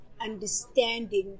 understanding